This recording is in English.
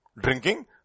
drinking